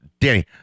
Danny